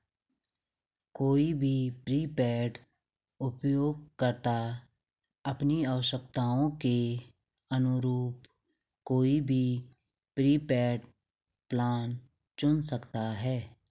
कोई भी प्रीपेड उपयोगकर्ता अपनी आवश्यकताओं के अनुरूप कोई भी प्रीपेड प्लान चुन सकता है